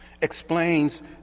explains